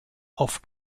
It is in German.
auf